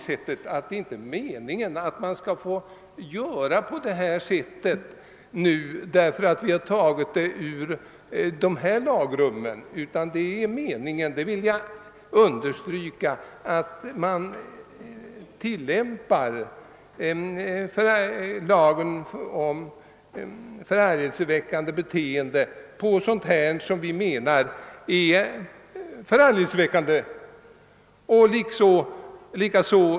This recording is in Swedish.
Det är inte meningen att dessa förseelser skall accepteras därför att stadgandena härom tas bort ur brottsbalken, utan meningen är att man skall tillämpa reglerna om förargelseväckande beteende på dessa förseelser.